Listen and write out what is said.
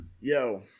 Yo